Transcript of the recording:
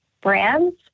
brands